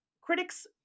critics